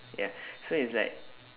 ya so it's like